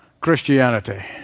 Christianity